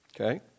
Okay